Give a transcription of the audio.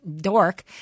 dork